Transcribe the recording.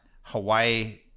hawaii